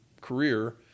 career